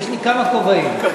יש לי כמה כובעים.